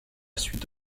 suite